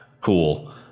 cool